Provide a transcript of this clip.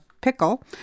pickle